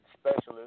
specialist